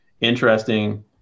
interesting